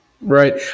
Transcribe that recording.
right